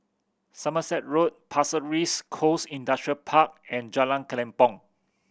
Somerset Road Pasir Ris Coast Industrial Park and Jalan Kelempong